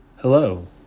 Hello